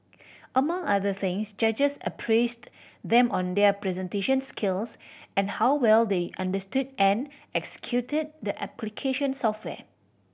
among other things judges appraised them on their presentation skills and how well they understood and executed the application software